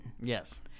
Yes